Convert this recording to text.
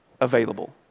available